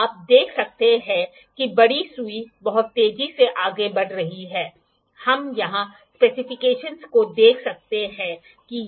आप यहां देख सकते हैं कि एक स्केल है ठीक है आर्क एक सपाट प्लेट या एक सपाट बेस है यह पूरे इंस्ट्रूमेंट के लिए एक संदर्भ है